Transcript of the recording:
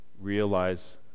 realize